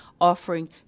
offering